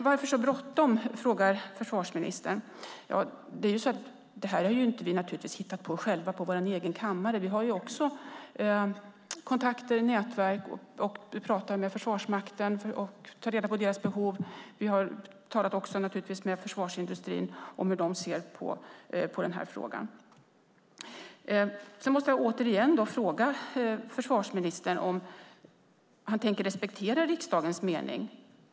Varför så bråttom? frågar försvarsministern. Naturligtvis är det här inte något som vi har hittat på själva på vår egen kammare. Vi har också kontakter, är med i nätverk och pratar med representanter för Försvarsmakten och tar reda på deras behov. Vi har naturligtvis också talat med representanter för försvarsindustrin och hur de ser på frågan. Jag måste återigen fråga försvarsministern om han tänker respektera riksdagens mening.